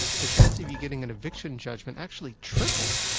the chances of you getting an eviction judgment actually triple,